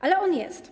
Ale on jest.